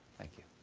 thank you.